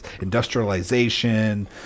industrialization